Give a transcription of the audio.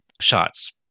shots